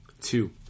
two